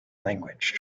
language